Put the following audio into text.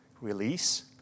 release